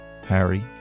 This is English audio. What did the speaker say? Harry